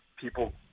People